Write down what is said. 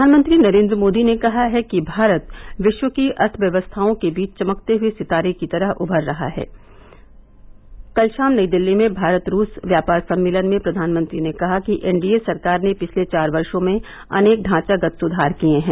प्रधानमंत्री नरेन्द्र मोदी ने कहा है कि भारत विश्व की अर्थव्यवस्थाओं के बीच चमकते हुए सितारे की तरह उभर रहा है कल शाम नई दिल्ली में भारत रूस व्यापार सम्मेलन में प्रधानमंत्री ने कहा कि एनडीए सरकार ने पिछले चार वर्ष में अनेक ढांचागत सुधार किए हैं